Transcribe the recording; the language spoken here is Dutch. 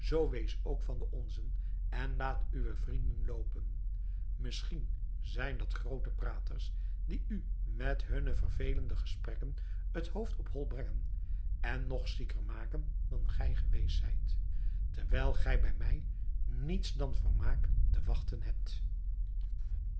wees ook van de onzen en laat uwe vrienden loopen misschien zijn dat groote praters die u met hunne vervelende gesprekken het hoofd op hol brengen en nog zieker maken dan gij geweest zijt terwijl gij bij mij niets dan vermaak te wachten hebt